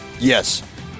Yes